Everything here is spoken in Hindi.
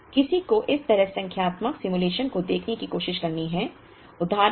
किसी को इस तरह संख्यात्मक सिमुलेशन को देखने की कोशिश करनी होगी